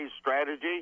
strategy